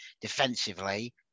defensively